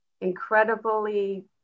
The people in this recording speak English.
incredibly